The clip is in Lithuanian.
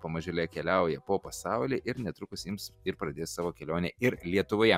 pamažėle keliauja po pasaulį ir netrukus ims ir pradės savo kelionę ir lietuvoje